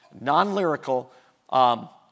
non-lyrical